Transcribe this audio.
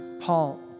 Paul